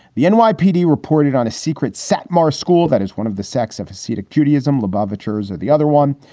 the and nypd reported on a secret satmar school that is one of the sex of hasidic judaism. lubavitcher is and the other one.